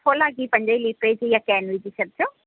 सफोला जी पंज लिटर जी इहा केन विझी छॾजो